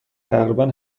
تقریبا